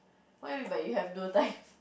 what do you mean by you have no time